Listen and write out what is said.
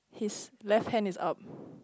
his left hand is up